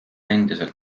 endiselt